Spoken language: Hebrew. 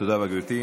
תודה רבה, גברתי.